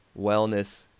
wellness